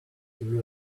through